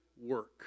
work